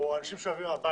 או אנשים שהוא יביא מהבית,